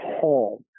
home